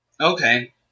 Okay